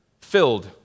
filled